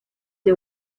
the